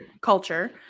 culture